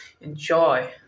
Enjoy